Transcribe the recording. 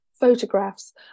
photographs